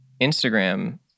Instagram